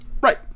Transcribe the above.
Right